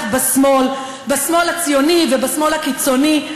בשמאל בשמאל הציוני ובשמאל הקיצוני.